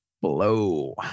blow